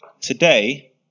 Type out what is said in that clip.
today